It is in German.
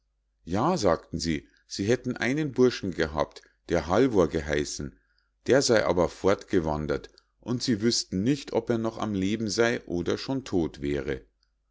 ja sagten sie sie hätten einen burschen gehabt der halvor geheißen der sei aber fortgewandert und sie wüßten nicht ob er noch am leben sei oder schon todt wäre